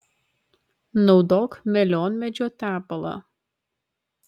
naudok melionmedžio tepalą